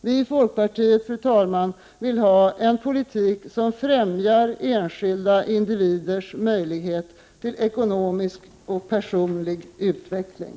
Vi i folkpartiet vill ha en politik som främjar enskilda individers möjlighet till ekonomisk och personlig utveckling.